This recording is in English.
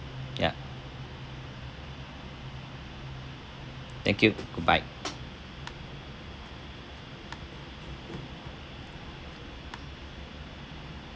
ya thank you goodbye